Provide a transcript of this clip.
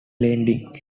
lending